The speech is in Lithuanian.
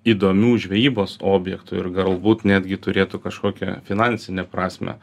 įdomiu žvejybos objektu ir galbūt netgi turėtų kažkokią finansinę prasmę